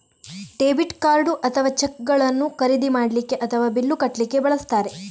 debit card ಅಥವಾ ಚೆಕ್ಗಳನ್ನು ಖರೀದಿ ಮಾಡ್ಲಿಕ್ಕೆ ಅಥವಾ ಬಿಲ್ಲು ಕಟ್ಲಿಕ್ಕೆ ಬಳಸ್ತಾರೆ